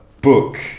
book